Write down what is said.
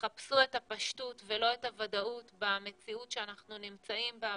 תחפשו את הפשטות ולא את הוודאות במציאות שאנחנו נמצאים בה,